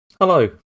Hello